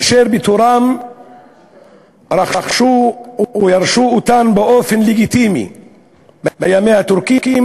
אשר בתורם רכשו או ירשו אותן באופן לגיטימי בימי הטורקים,